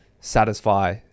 satisfy